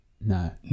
No